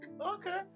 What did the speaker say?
Okay